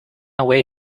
away